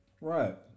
Right